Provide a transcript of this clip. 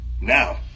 Now